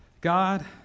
God